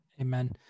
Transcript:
Amen